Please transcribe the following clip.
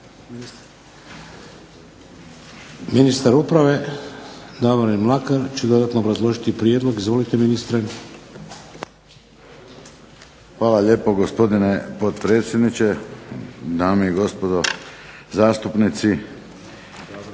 Ministar uprave Davorin Mlakar će dodatno obrazložiti prijedlog. Izvolite ministre. **Mlakar, Davorin** Hvala lijepo gospodine potpredsjedniče, dame i gospodo zastupnici.